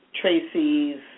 Tracy's